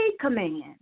command